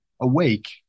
awake